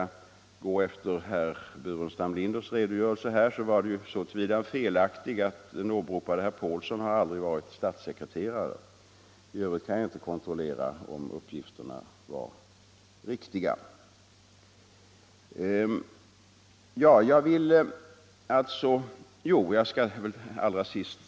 Epitetet har dessa två innebörder och har ingenting med lydnadsförhållanden att göra. Jag upprepar för herr Geijer att ingenting ändrades i dessa två avseenden genom den nya grundlagen.